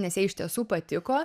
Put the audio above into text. nes jai iš tiesų patiko